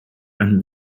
and